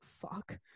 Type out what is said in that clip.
fuck